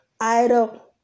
idol